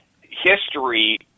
history